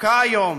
ודווקא היום